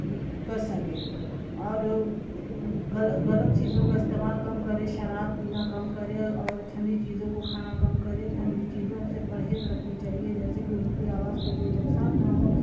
کر سکے اور غلط چیزوں کا استعمال کم کرے شراب پینا کم کرے اور ٹھنڈی چیزوں کو کھانا کم کرے ٹھنڈی چیزوں سے پرہیز رکھنی چاہیے جیسے کہ ان کی آواز کو کوئی نقصان نہ ہو